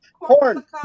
Corn